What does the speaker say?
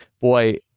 boy